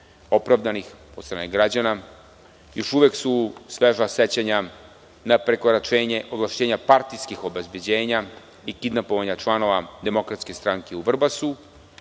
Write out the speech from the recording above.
opravdanih, od strane građana. Još uvek su sveža sećanja na prekoračenje ovlašćenja partijskih obezbeđenja i kidnapovanja članova DS u Vrbasu.